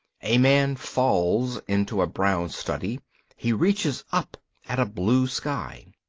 a man falls into a brown study he reaches up at a blue sky.